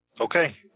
Okay